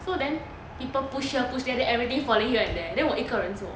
so then people push here push there then everything falling here and there then 我一个人做